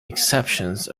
exceptions